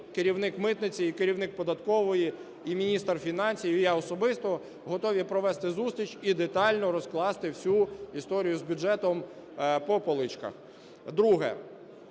керівник митниці, і керівник податкової, і міністр фінансів, і я особисто, готові провести зустріч і детально розкласти всю історію з бюджетом по поличках.